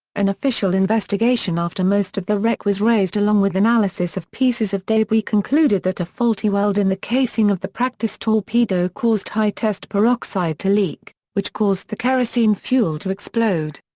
an official investigation after most of the wreck was raised along with analysis analysis of pieces of debris concluded that a faulty weld in the casing of the practice torpedo caused high-test peroxide to leak, which caused the kerosene fuel to explode.